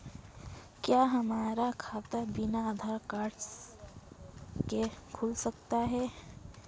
क्या हमारा खाता बिना आधार कार्ड के खुल सकता है?